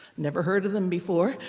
never heard of them before,